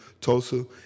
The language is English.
Tulsa